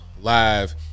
Live